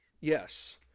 Yes